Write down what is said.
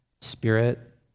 spirit